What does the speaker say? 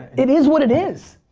it is what it is.